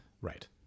Right